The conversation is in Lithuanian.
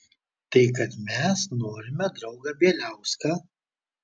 tai kad mes norime draugą bieliauską